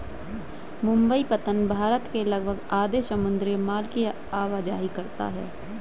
मुंबई पत्तन भारत के लगभग आधे समुद्री माल की आवाजाही करता है